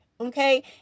Okay